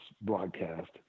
broadcast